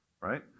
right